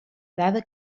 dada